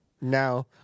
Now